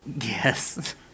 Yes